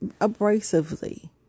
abrasively